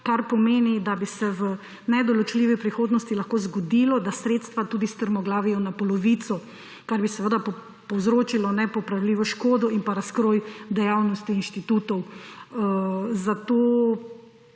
kar pomeni, da bi se v nedoločljivi prihodnosti lahko zgodilo, da sredstva tudi strmoglavijo na polovico, kar bi seveda povzročilo nepopravljivo škodo in pa razkroj dejavnosti inštitutov. Zato